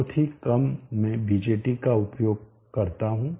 बहुत ही कम मैं BJTs का उपयोग करता हूं